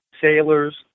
sailors